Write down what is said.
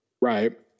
Right